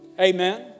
Amen